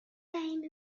same